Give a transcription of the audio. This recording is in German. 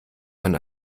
man